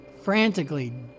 frantically